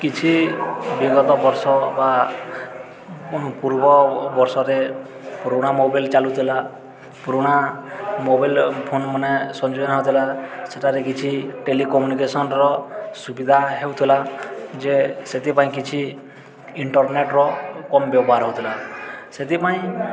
କିଛି ବିଗତ ବର୍ଷ ବା ପୂର୍ବ ବର୍ଷରେ ପୁରୁଣା ମୋବାଇଲ ଚାଲୁଥିଲା ପୁରୁଣା ମୋବାଇଲ ଫୋନ ମାନେ ସଂଯୋଜନ ହେଉଥିଲା ସେଠାରେ କିଛି ଟେଲିକମ୍ୟୁନିକେସନ୍ର ସୁବିଧା ହେଉଥିଲା ଯେ ସେଥିପାଇଁ କିଛି ଇଣ୍ଟରନେଟ୍ର କମ୍ ବ୍ୟବହାର ହେଉଥିଲା ସେଥିପାଇଁ